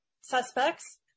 suspects